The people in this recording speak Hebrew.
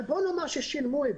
אבל בואו נראה מה קורה בפועל,